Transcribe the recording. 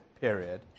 period